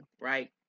right